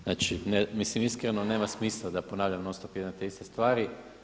Znači, mislim iskreno nema smisla da ponavljam non stop jedne te iste stvari.